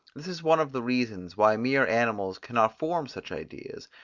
this is one of the reasons, why mere animals cannot form such ideas,